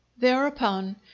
Thereupon